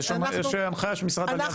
יש הנחייה של משרד העלייה והקליטה,